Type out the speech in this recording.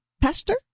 pastor